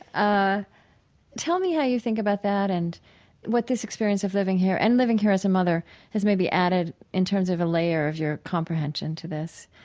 ah tell me how you think about that and what this experience of living here and living here as a mother has maybe added in terms of a layer of your comprehension to this?